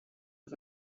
was